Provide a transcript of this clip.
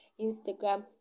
Instagram